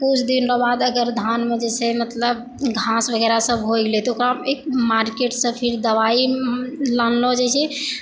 किछु दिन के एकर धान मे जे छै मतलब घास वगैरह सब होइ गेलै तऽ ओकरा एक मार्केट सऽ फिर दबाई आनलो जाइ छै